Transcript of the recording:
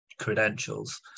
credentials